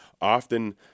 often